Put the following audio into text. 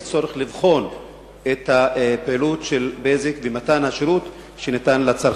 יש צורך לבחון את הפעילות של "בזק" ואת מתן השירות לצרכנים.